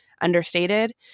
understated